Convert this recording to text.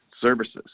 services